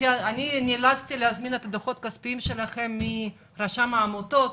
נאלצתי להזמין את הדוחות הכספיים שלכם מרשם העמותות